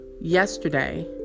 yesterday